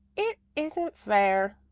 it isn't fair,